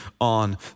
on